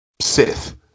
Sith